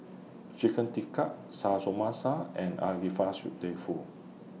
Chicken Tikka Samosa and Agedashi Dofu